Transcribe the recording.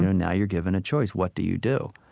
now you're given a choice. what do you do?